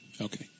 Okay